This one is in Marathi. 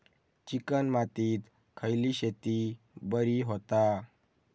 चिकण मातीत खयली शेती बरी होता?